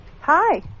Hi